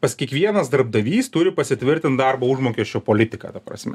pas kiekvienas darbdavys turi pasitvirtint darbo užmokesčio politiką ta prasme